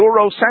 Eurocentric